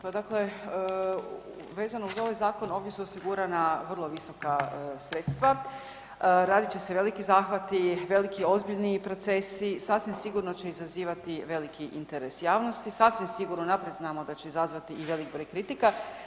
Pa dakle, vezano uz ovaj zakon ovdje su osigurana vrlo visoka sredstva, raditi će se veliki zahvati, veliki ozbiljni procesi, sasvim sigurno će izazivati veliki interes javnosti, sasvim sigurno unaprijed znamo da će izazvati i veliki broj kritika.